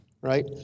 right